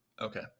Okay